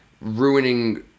ruining